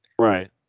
Right